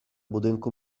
budynku